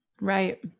Right